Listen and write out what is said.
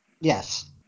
Yes